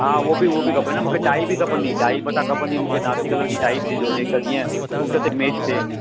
हा उहो बि उहो बि खपे न मूंखे टाई बि खपंदी हुई टाई मथां खपंदी हुई मूंखे नासी कलर जी टाई ॾिजो जेकी जीअं सूट ते मैच थिए